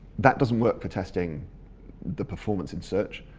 that doesn't work for testing the performance in search,